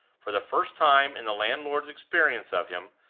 for the first time in the landlord's experience of him,